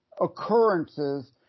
occurrences